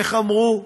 איך אמרו?